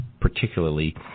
particularly